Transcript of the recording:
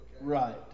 Right